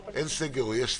אין סגר או יש סגר,